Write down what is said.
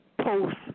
post